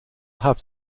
have